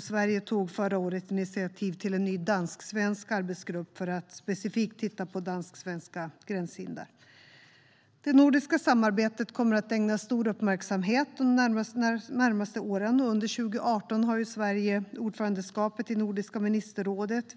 Sverige tog förra året initiativ till en ny dansk-svensk arbetsgrupp för att specifikt titta på dansk-svenska gränshinder. Det nordiska samarbetet kommer att ägnas stor uppmärksamhet de närmaste åren. Under 2018 har Sverige ordförandeskapet i Nordiska ministerrådet.